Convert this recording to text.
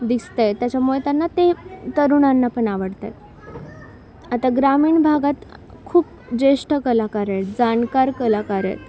दिसतं आहे त्याच्यामुळे त्यांना ते तरुणांना पण आवडतं आता ग्रामीण भागात खूप ज्येष्ठ कलाकार आहेत जाणकार कलाकार आहेत